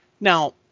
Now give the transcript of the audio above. Now